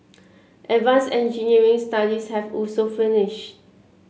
advance engineering studies have also finished